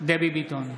דבי ביטון,